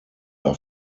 are